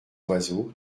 oiseaux